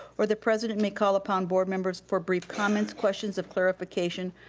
or the president may call upon board members for brief comments, questions of clarification,